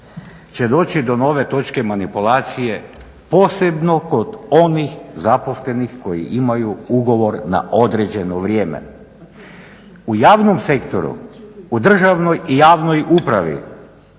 će doći do nove točke manipulacija posebno kod onih zaposlenih koji imaju ugovor na određeno vrijeme. U javnom sektoru u državnoj i javnoj upravi